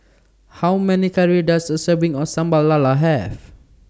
How Many Calories Does A Serving of Sambal Lala Have